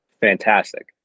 fantastic